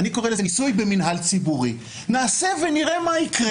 אני קורא לזה ניסוי במינהל ציבורי נעשה ונראה מה יקרה.